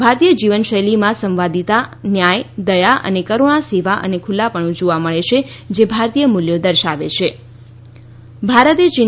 ભારતીય જીવનશૈલીમાં સંવાદિતા ન્યાય દયા અને કરૂણા સેવા અને ખુલ્લાપણું જોવા મળે ચે જે ભારતીય મૂલ્યો દર્શાવે છી